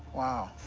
wow.